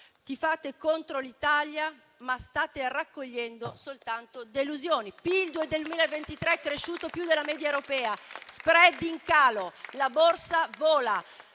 Tifate contro l'Italia, ma state raccogliendo soltanto delusioni: il PIL del 2023 è cresciuto più della media europea; lo *spread* è in calo; la Borsa vola;